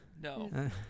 No